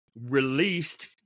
released